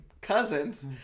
cousins